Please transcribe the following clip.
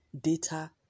data